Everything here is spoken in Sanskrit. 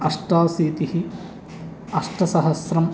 अष्टाशीतिः अष्टसहस्रम्